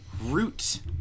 Root